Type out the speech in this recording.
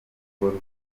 ikorwa